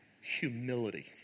humility